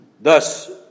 Thus